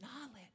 knowledge